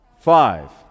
Five